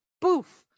boof